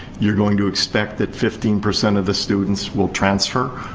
you're going to expect that fifteen percent of the students will transfer,